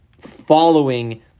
following